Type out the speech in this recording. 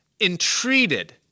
entreated